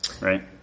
Right